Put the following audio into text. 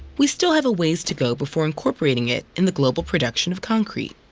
we still have a ways to go before incorporating it in the global production of concrete.